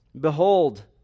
Behold